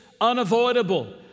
unavoidable